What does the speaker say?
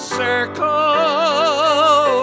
circle